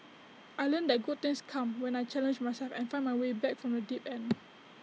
I learnt that good things come when I challenge myself and find my way back from the deep end